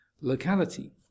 locality